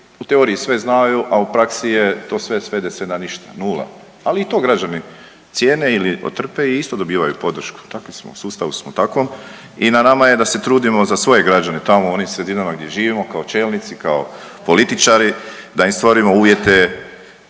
u teoriji sve znaju, a u praksi je to sve svede se na ništa, nula, ali i to građani cijene ili otrpe i isto dobivaju podršku, takvi smo u sustavu smo takvom i na nama je da se trudimo za svoje građane tamo u onim sredinama gdje živimo kao čelnici kao političari da im stvorimo uvjete